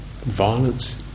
violence